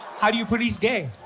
how do you police gay?